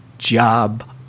job